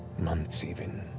months even.